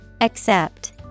Accept